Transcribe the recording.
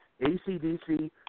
ACDC